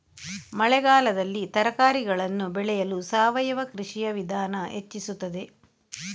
ಮಳೆಗಾಲದಲ್ಲಿ ತರಕಾರಿಗಳನ್ನು ಬೆಳೆಯಲು ಸಾವಯವ ಕೃಷಿಯ ವಿಧಾನ ಹೆಚ್ಚಿಸುತ್ತದೆ?